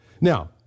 Now